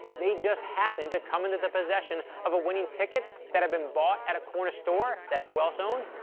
they just happened to come into the possession of a winning ticket that had been bought at a corner store that who else owned?